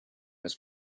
was